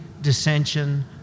dissension